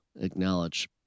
acknowledge